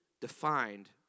defined